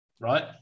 right